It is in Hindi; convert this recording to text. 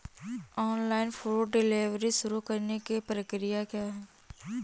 ऑनलाइन फूड डिलीवरी शुरू करने की प्रक्रिया क्या है?